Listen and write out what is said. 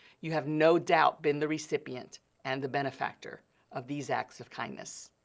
you have no doubt been the recipient and the benefactor of these acts of kindness.